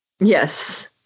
yes